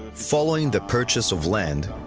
following the purchase of land,